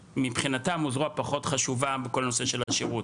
מבחינתם הוא זרוע פחות חשובה בכל הנושא של השירות.